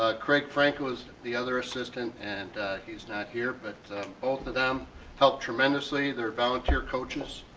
ah craig frankel was the other assistant and he's not here, but both of them helped tremendously. they're volunteer coaches,